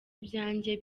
ibyanjye